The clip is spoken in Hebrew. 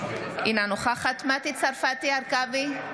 אינה נוכחת מטי צרפתי הרכבי,